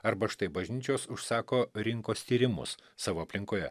arba štai bažnyčios užsako rinkos tyrimus savo aplinkoje